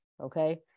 Okay